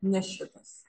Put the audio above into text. ne šitas